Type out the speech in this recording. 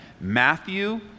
Matthew